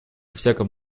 всяком